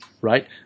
Right